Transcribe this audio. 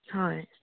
হয়